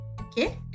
Okay